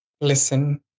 listen